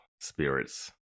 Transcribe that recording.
spirits